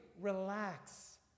Relax